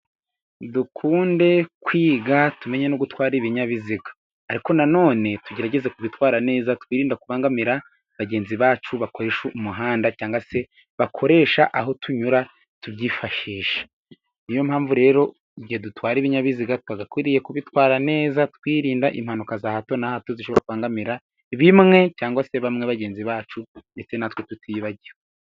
Dukunde kwiga tumenye no gutwara ibinyabiziga ariko nanone tugerageza kubitwara neza, twirinda kubangamira bagenzi bacu bakoresha umuhanda cyangwa se bakoresha aho tunyura tubyifashisha, n'iyo mpamvu rero igihe dutwara ibinyabiziga twagakwiriye kubitwara neza twirinda impanuka za hato na hato, zishobora kubangamira bimwe cyangwa se bamwe bagenzi bacu ndetse natwe tutiyibagiwe.